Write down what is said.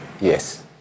Yes